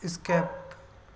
skip